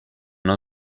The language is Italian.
non